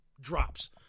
drops